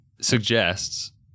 suggests